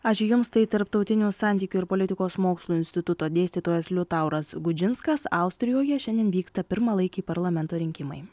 ačiū jums tai tarptautinių santykių ir politikos mokslų instituto dėstytojas liutauras gudžinskas austrijoje šiandien vyksta pirmalaikiai parlamento rinkimai